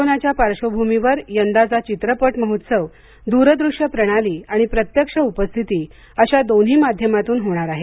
कोरोनाच्या पार्श्वभूमीवर यंदाचा चित्रपट महोत्सव दुरदूष्यप्रणाली आणि प्रत्यक्ष उपस्थिती अशा दोन्ही माध्यमातून होणार आहे